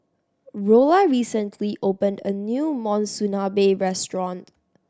Rolla recently opened a new Monsunabe Restaurant